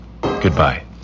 Goodbye